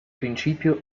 principio